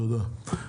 תודה.